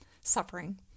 Suffering